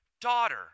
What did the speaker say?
daughter